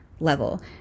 level